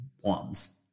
Wands